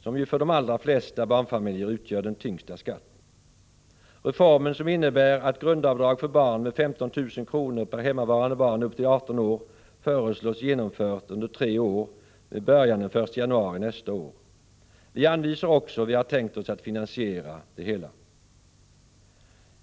som ju för de allra flesta barnfamiljer utgör den tyngsta skatten. Reformen, som innebär ett grundavdrag för barn med 15 000 kr. per hemmavarande barn upp till 18 år, föreslås genomförd under tre år med början den 1 januari nästa år. Vi anvisar också hur vi har tänkt oss att finansiera det hela.